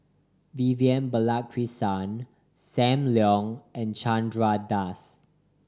Vivian Balakrishnan Sam Leong and Chandra Das